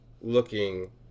looking